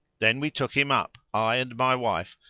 then we took him up, i and my wife,